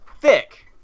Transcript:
thick